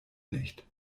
nicht